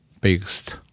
biggest